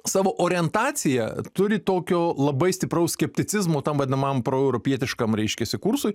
savo orientaciją turi tokio labai stipraus skepticizmo tam vadinamam proeuropietiškam reiškiasi kursui